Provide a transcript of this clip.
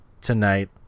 Tonight